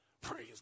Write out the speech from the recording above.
praise